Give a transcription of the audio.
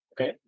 okay